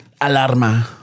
Alarma